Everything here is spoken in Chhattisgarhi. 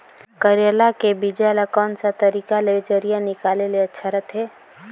करेला के बीजा ला कोन सा तरीका ले जरिया निकाले ले अच्छा रथे?